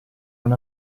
non